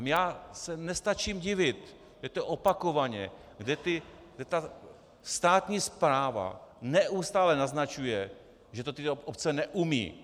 Já se nestačím divit, a to opakovaně, kde ta státní správa neustále naznačuje, že to ty obce neumějí.